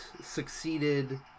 succeeded